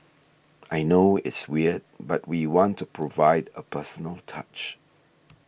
I know it's weird but we want to provide a personal touch